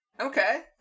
Okay